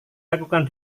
lakukan